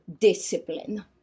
discipline